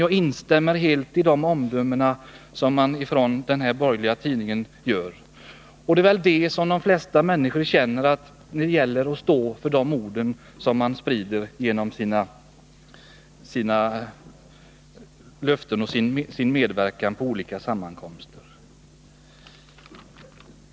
Jag instämmer helt i de omdömen som denna borgerliga tidning gör. De flesta människor tycker väl att politiker bör stå för löften och uttalanden som man gör på olika sammankomster.